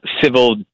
civil